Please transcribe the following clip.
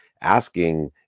asking